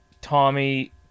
Tommy